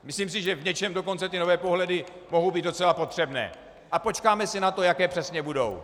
Myslím si, že v něčem dokonce ty nové pohledy mohou být docela potřebné, a počkáme si na to, jaké přesně budou.